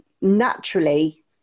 naturally